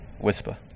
whisper